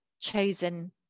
chosen